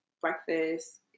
Breakfast